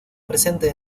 presente